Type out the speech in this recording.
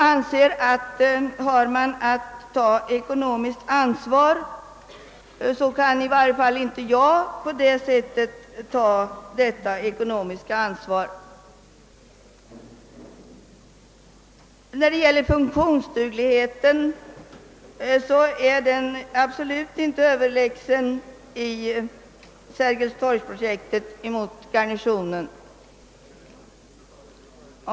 Vi har ett ekonomiskt ansvar, och med hänsyn härtill anser jag mig inte kunna tillstyrka Sergels torg-alternativet. När det gäller funktionsdugligheten är Sergels torg-projektet absolut inte överlägset alternativet i kvarteret Garnisonen.